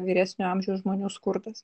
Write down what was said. vyresnio amžiaus žmonių skurdas